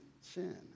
sin